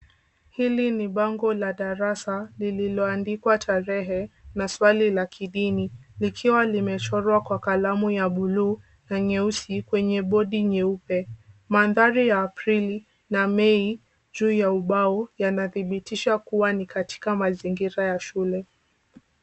Hili ni bango la darasa lililoandikwa tarehe na swali la kidini, likiwa limechorwa kwa kalamu ya buluu na nyeusi kwenye bodi nyeupe. Mandhari ya Aprili na Mei juu ya ubao, yanadhibitisha kuwa ni katika mazingira ya shule.